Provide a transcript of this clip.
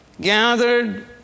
gathered